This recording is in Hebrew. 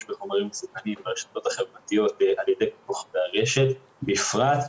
בחומרים מסוכנים ברשתות החברתיות על ידי כוכבי הרשת בפרט,